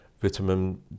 vitamin